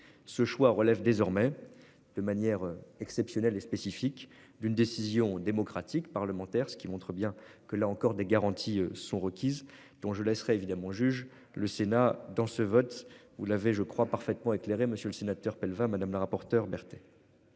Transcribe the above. ce choix relève désormais de manière exceptionnelle et spécifique d'une décision démocratique, parlementaire, ce qui montre bien que là encore des garanties sont requises dont je laisserai évidemment juge le Sénat dans ce vote. Vous l'avez, je crois, parfaitement éclairés. Monsieur le sénateur Pell madame la rapporteure.